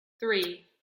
three